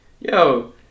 yo